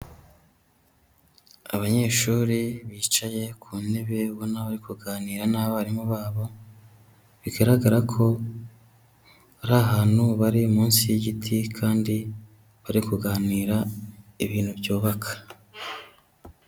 Abanyeshuri bicaye ku ntebe ubona bari kuganira n'abarimu babo, bigaragara ko ari ahantu bari munsi y'igiti kandi bari kuganira ibintu byubaka.